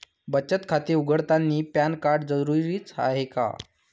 बचत खाते उघडतानी पॅन कार्ड जरुरीच हाय का?